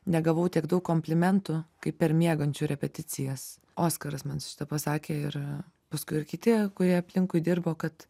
negavau tiek daug komplimentų kaip per miegančių repeticijas oskaras man tepasakė ir paskui ir kiti kurie aplinkui dirbo kad